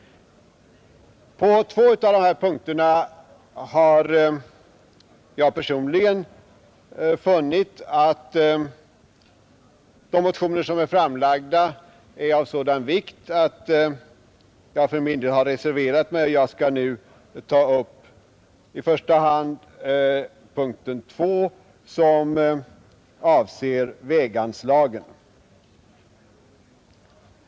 På två av punkterna har jag personligen funnit att de motioner som är framlagda är av sådan vikt att jag reserverat mig. I första hand skall jag nu ta upp punkten 2, som avser väganslagen.